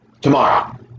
tomorrow